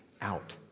out